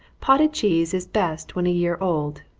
potted cheese is best when a year old.